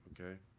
Okay